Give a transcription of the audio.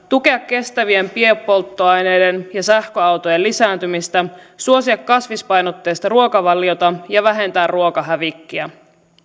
tukea kestävien biopolttoaineiden ja sähköautojen lisääntymistä suosia kasvispainotteista ruokavaliota ja vähentää ruokahävikkiä